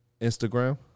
Instagram